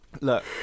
Look